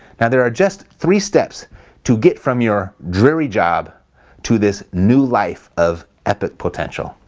now there are just three steps to get from your dreary job to this new life of epic potential.